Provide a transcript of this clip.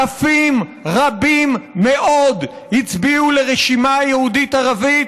אלפים רבים מאוד הצביעו לרשימה היהודית-ערבית,